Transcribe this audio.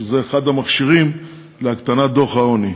שזה אחד המכשירים להקטנת העוני.